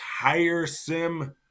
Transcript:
tiresome